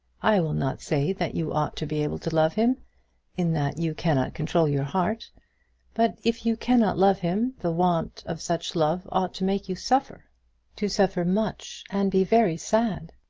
i will not say that you ought to be able to love him in that you cannot control your heart but if you cannot love him, the want of such love ought to make you suffer to suffer much and be very sad.